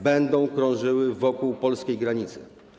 Będą krążyły wokół polskiej granicy.